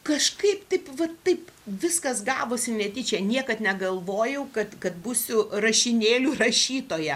kažkaip taip vat taip viskas gavosi netyčia niekad negalvojau kad kad būsiu rašinėlių rašytoja